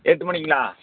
எட்டு மணிக்குங்களா